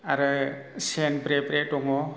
आरो सेन ब्रे ब्रे दङ